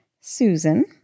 Susan